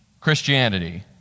Christianity